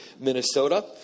Minnesota